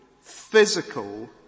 physical